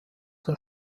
der